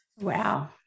Wow